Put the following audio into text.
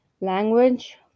language